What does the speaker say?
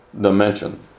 dimension